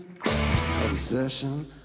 obsession